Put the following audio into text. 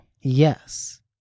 yes